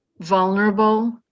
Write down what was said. vulnerable